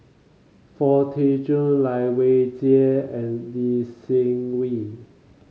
Foo Tee Jun Lai Weijie and Lee Seng Wee